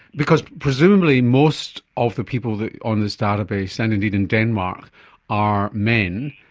because presumably most of the people on this database and indeed in denmark are men,